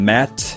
Matt